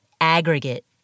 aggregate